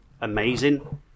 amazing